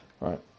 Right